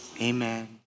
amen